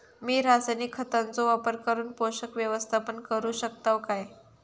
मी रासायनिक खतांचो वापर करून पोषक व्यवस्थापन करू शकताव काय?